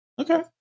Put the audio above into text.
okay